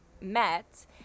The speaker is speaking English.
met